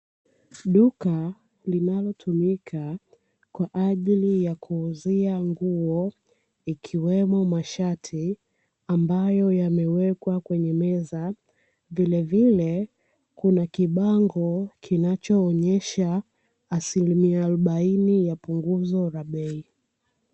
Duka linalotumika kwa ajili ya kuuzia nguo, ikiwemo mashati ambayo yamewekwa kwenye meza. Vilevile, kuna kibango kinachoonyesha asilimia arobaini la punguzo la bei.